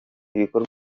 ibikorwa